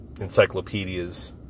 encyclopedias